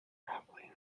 happily